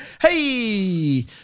hey